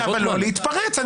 לא להתפרץ.